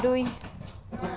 দুই